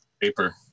paper